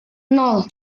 nol